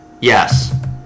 Yes